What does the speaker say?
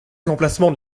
l’emplacement